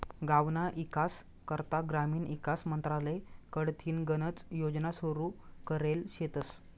गावना ईकास करता ग्रामीण ईकास मंत्रालय कडथीन गनच योजना सुरू करेल शेतस